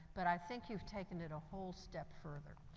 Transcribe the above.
but i think you've taken it a whole step further.